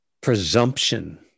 presumption